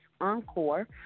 Encore